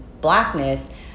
blackness